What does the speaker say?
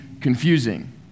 confusing